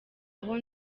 aho